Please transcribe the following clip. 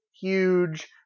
huge